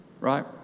right